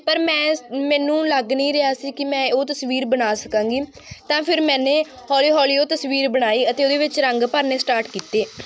ਪਰ ਮੈਂ ਸ ਮੈਨੂੰ ਲੱਗ ਨਹੀਂ ਰਿਹਾ ਸੀ ਕੀ ਮੈਂ ਉਹ ਤਸਵੀਰ ਬਣਾ ਸਕਾਂਗੀ ਤਾਂ ਫਿਰ ਮੈਨੇ ਹੌਲੀ ਹੌਲੀ ਉਹ ਤਸਵੀਰ ਬਣਾਈ ਅਤੇ ਉਹਦੇ ਵਿੱਚ ਰੰਗ ਭਰਨੇ ਸਟਾਰਟ ਕੀਤੇ